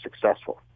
successful